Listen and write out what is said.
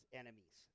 enemies